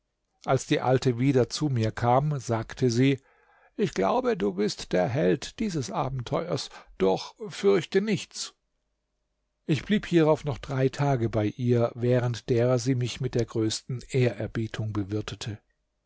als die alte wieder zu mir kam sagte sie ich glaube du bist der held dieses abenteuers doch fürchte nichts ich blieb hierauf noch drei tage bei ihr während derer sie mich mit der größten ehrerbietung bewirtete